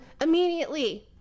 immediately